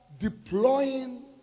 deploying